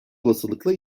olasılıkla